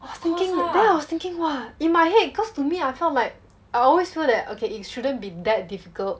I was thinking then I was thinking !wah! in my head cause to me I felt like I always feel that okay it shouldn't be that difficult